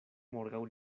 morgaŭ